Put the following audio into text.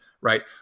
right